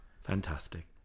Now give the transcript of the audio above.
Fantastic